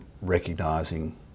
recognising